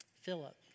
Philip